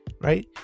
right